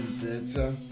better